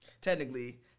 Technically